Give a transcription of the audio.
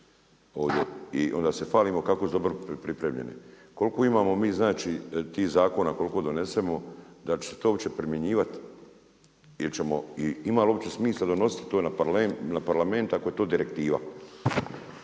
i onda se falimo kako smo dobro pripremljeni. Koliko mi imamo tih zakona, koliko donesemo da li će se to uopće primjenjivati ili ima li uopće smisla donositi tu na Parlamentu ako je to direktiva?